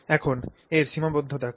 এখন এর সীমাবদ্ধতা কি